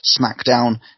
SmackDown